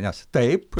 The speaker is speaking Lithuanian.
nes taip